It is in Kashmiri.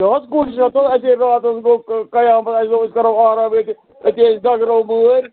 کیٛاہ حظ کوٗشِش ہَتہٕ حظ اَسہِ ہے راتَس گوٚو قیامت اَسہِ دوٚپ أسۍ کَرو آرام ییٚتہِ ییٚتہِ أسۍ گَگرو مٲرۍ